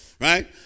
right